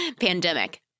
pandemic